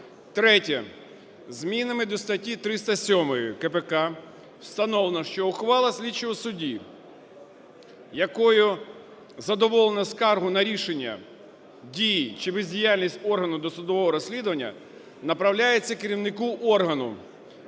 Третє. Змінами до статті 307 КПК встановлено, що ухвала слідчого судді, якою задоволено скаргу на рішення дій чи бездіяльність органу досудового розслідування, направляється керівнику органу,